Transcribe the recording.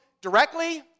directly